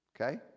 Okay